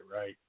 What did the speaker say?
right